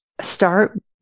start